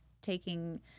taking